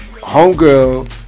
Homegirl